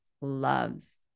loves